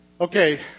Okay